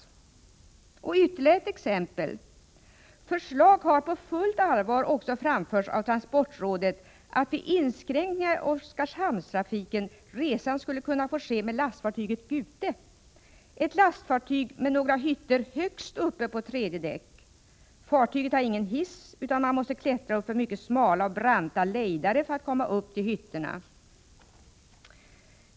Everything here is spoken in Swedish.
Onsdagen den Ytterligare ett exempel: Förslag har också på fullt allvar framförts av 10 april 1985 transportrådet att vid inskränkningar i Oskarshamnstrafiken resan skulle kunna få ske med lastfartyget Gute — ett fartyg med några hytter högst uppe Transportstödet för på tredje däck. Fartyget har ingen hiss, utan man måste klättra uppför Gotland mycket smala och branta lejdare för att komma upp till hytterna.